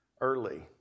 early